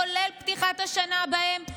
כולל בפתיחת השנה בהם,